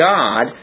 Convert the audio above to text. God